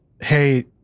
hey